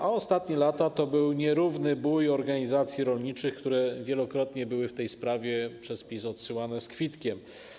A ostatnie lata to był nierówny bój organizacji rolniczych, które wielokrotnie były w tej sprawie przez PiS odsyłane z kwitkiem.